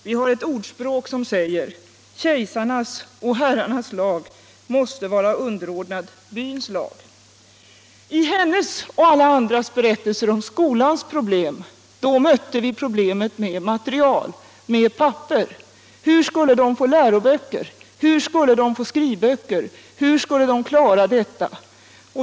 Vi har ett ordspråk som säger: Kejsarnas och herrarnas lag måste vara underordnad byns lag. I hennes och alla andras berättelser om skolans problem mötte vi problemet med material, med papper. Hur skulle de få läroböcker, hur skulle de få skrivböcker?